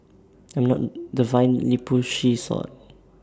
I'm not the violently pushy sort